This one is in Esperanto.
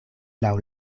laŭ